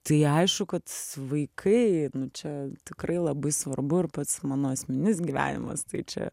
tai aišku kad vaikai čia tikrai labai svarbu ir pats mano asmeninis gyvenimas tai čia